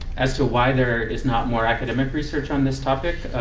as to why there is not more academic research on this topic,